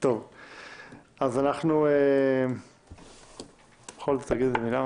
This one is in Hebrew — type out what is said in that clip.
בכל זאת, תגיד איזו מילה?